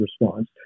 response